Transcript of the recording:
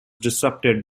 disrupted